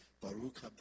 Baruch